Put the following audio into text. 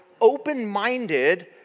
open-minded